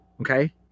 okay